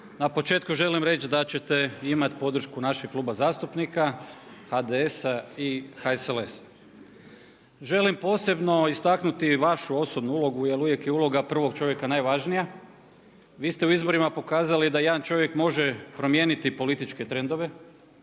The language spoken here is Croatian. na početku želim reći da ćete imati podršku našeg Kluba zastupnika HDS-a i HSLS-a. Želim posebno istaknuti vašu osobnu ulogu jer uvijek je uloga prvog čovjeka najvažnija. Vi ste u izborima pokazali da jedan čovjek može promijeniti političke trendove,